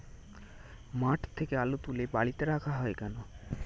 মাঠ থেকে আলু তুলে বালিতে রাখা হয় কেন?